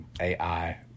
AI